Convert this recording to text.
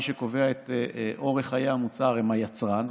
מי שקובע את אורך חיי המוצר הוא היצרן,